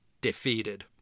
defeated